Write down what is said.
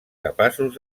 capaços